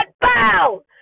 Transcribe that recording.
bow